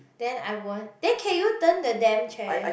then I won't then can you turn the damn chair